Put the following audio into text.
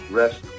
rest